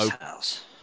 house